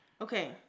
Okay